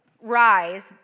Rise